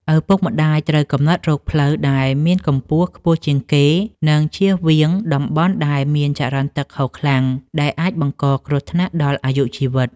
ឪពុកម្តាយត្រូវកំណត់រកផ្លូវដែលមានកម្ពស់ខ្ពស់ជាងគេ និងជៀសវាងតំបន់ដែលមានចរន្តទឹកហូរខ្លាំង ដែលអាចបង្កគ្រោះថ្នាក់ដល់អាយុជីវិត។